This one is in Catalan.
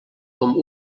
com